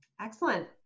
Excellent